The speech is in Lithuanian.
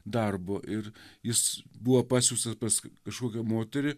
darbo ir jis buvo pasiųstas pas kažkokią moterį